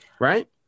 Right